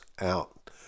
out